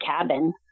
cabin